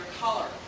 color